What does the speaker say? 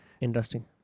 Interesting